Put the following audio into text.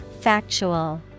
Factual